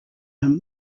him